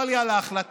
צר לי על ההחלטה.